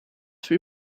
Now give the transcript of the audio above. für